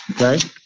Okay